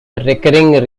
recurring